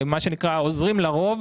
מה שנקרא עוזרים לרוב,